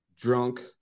drunk